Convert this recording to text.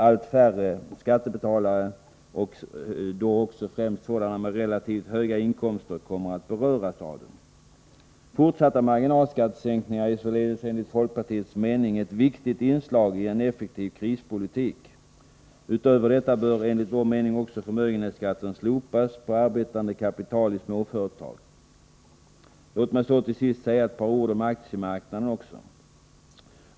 Allt färre skattebetalare, främst sådana med relativt höga inkomster, kommer att beröras av den. Fortsatta marginalskattesänkningar är således enligt folkpartiets mening ett viktigt inslag i en effektiv krispolitik. Utöver detta bör enligt vår mening också förmögenhetsskatten slopas på arbetande kapital i småföretag. Låt mig så till sist säga ett par ord om aktiemarknaden.